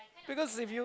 because if you